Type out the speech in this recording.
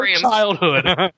childhood